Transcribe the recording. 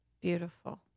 Beautiful